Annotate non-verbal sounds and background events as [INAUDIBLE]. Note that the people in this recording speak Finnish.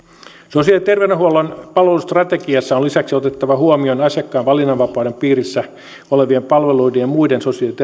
sosiaali ja terveydenhuollon palvelustrategiassa on lisäksi otettava huomioon asiakkaan valinnanvapauden piirissä olevien palveluiden ja muiden sosiaali ja [UNINTELLIGIBLE]